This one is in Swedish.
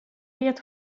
vet